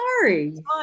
sorry